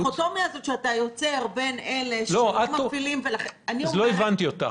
הדיכוטומיה הזאת שאתה יוצר בין אלה שלא מפעילים --- לא הבנתי אותך.